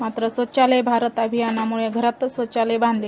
मात्र स्वच्छ भारत अभियानामुळं घरातच शौचालय बांधले